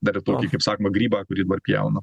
dar ir tokį kaip sakoma grybą kurį dabar pjauna